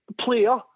player